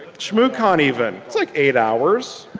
shmoocon even, it's like eight hours.